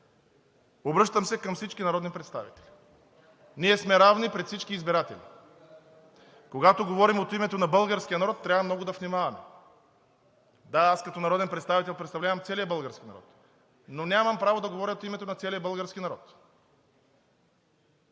обръщам се към всички народни представители – ние сме равни пред всички избиратели. Когато говорим от името на българския народ, трябва много да внимаваме. Да, аз като народен представител представлявам целия български народ, но нямам правото да говоря от името на целия български народ.